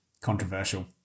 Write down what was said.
controversial